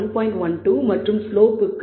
12 மற்றும் ஸ்லோப்புக்கு அதே 0